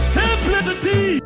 simplicity